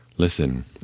Listen